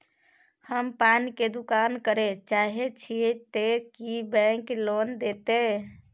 हम पान के दुकान करे चाहे छिये ते की बैंक लोन देतै?